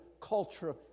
culture